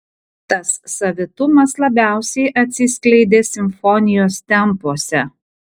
tas savitumas labiausiai atsiskleidė simfonijos tempuose